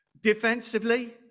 Defensively